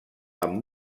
amb